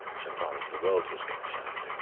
so far as the world was concerned.